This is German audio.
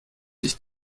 ich